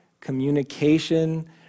communication